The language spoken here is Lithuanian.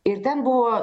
ir ten buvo